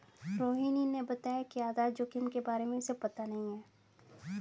रोहिणी ने बताया कि आधार जोखिम के बारे में उसे पता नहीं है